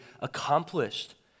accomplished